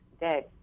dead